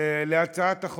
הסיעתית.